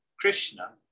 Krishna